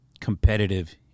competitive